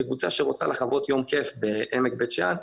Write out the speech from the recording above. כקבוצה שרוצה לחוות יום כיף בעמק בית שאן,